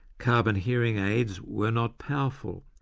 carbon hearing aids were not powerful,